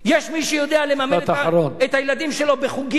יש מי שיודע לממן את הילדים שלו בחוגים,